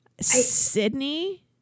Sydney